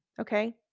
Okay